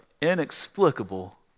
inexplicable